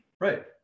right